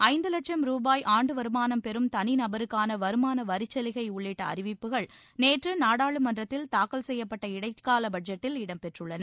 ஐந்து வட்சம் ரூபாய் ஆண்டு வருமானம் பெறும் தனி நபருக்கான வருமான வரிச்சலுகை உள்ளிட்ட அறிவிப்புகள் நேற்று நாடாளுமன்றத்தில் தாக்கல் செய்யபட்ட இடைக்கால பட்ஜெட்டில் இடம்பெற்றிருந்தன